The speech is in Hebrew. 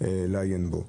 לעיין בו.